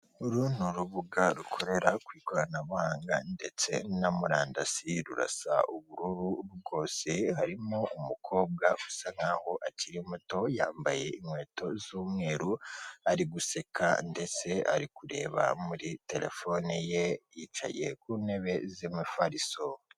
Uru ni urubuga rukorera ku ikoranabuhanga ndetse na murandasi rurasa ubururu bwose, harimo umukobwa usa nk'aho akiri muto yambaye inkweto z'umweru, ari guseka ndetse ari kureba muri telefone ye yicaye ku ntebe z'imifariso.